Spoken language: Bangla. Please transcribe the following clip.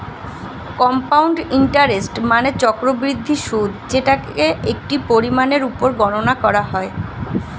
কম্পাউন্ড ইন্টারেস্ট মানে চক্রবৃদ্ধি সুদ যেটাকে একটি পরিমাণের উপর গণনা করা হয়